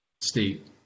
state